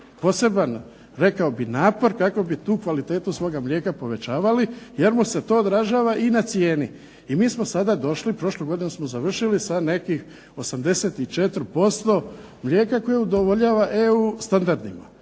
poseban rekao bih napor kako bi tu kvalitetu svoga mlijeka povećavali, jer mu se to odražava i na cijeni. I mi smo sada došli, prošlu godinu smo završili sa nekih 84% mlijeka koje udovoljava EU standardima.